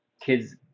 kids